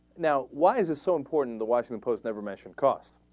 now what is it so important the washington post and ever mention cox